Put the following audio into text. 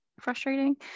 frustrating